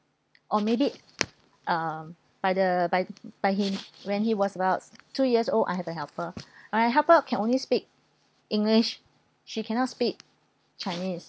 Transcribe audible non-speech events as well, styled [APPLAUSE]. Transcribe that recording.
or maybe um by the by by him when he was about two years old I have a helper [BREATH] but my helper can only speak english she cannot speak chinese